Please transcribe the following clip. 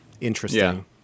Interesting